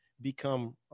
become